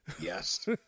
yes